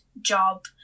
job